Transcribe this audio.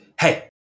hey